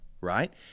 Right